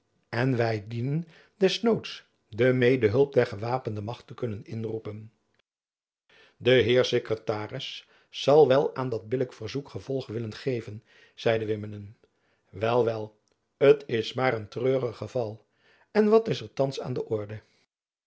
en wy dienen des noods de medehulp der gewapende macht te kunnen inroepen de heer sekretaris zal wel aan dat billijk verzoek gevolg willen geven zeide wimmenum wel wel t is maar een treurig geval en wat is er thands aan de orde